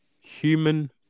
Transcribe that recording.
Human